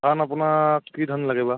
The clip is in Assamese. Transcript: আপোনাক কি ধৰণৰ লাগে বা